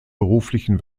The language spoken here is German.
beruflichen